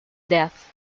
death